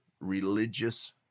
religious